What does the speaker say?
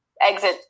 exit